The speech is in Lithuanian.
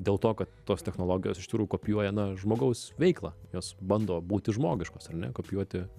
dėl to kad tos technologijos iš tikrųjų kopijuoja na žmogaus veiklą jos bando būti žmogiškos ar ne kopijuoti